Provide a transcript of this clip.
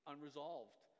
unresolved